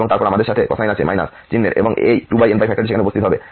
এবং তারপর আমাদের সাথে কোসাইন আছে চিহ্নের এবং এই 2nπ ফ্যাক্টরটি সেখানে উপস্থিত হবে